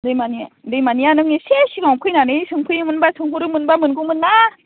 दैमानिया नों एसे सिगाङाव फैनानै सोंफैयोमोनबा सोंहरोमोनबा मोनगौमोन ना